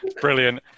brilliant